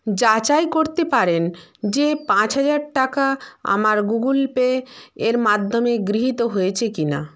যাচাই করতে পারেন যে পাঁচ হাজার টাকা আমার গুগল পে এর মাধ্যমে গৃহীত হয়েছে কি না